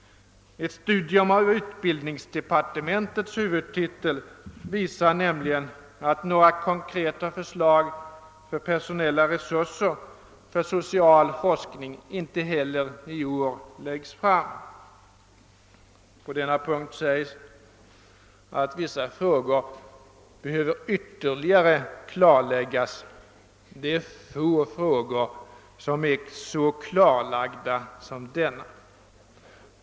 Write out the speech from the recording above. Ett studium av utbildningsdepartementets <huvudtitel visar nämligen att några konkreta för slag till personella resurser för social forskning inte heller i år läggs fram. På denna punkt anförs att vissa frågor behöver ytterligare klarläggas. Det är få frågor som är så klarlagda som denna.